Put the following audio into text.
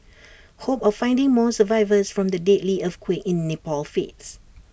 hope of finding more survivors from the deadly earthquake in Nepal fades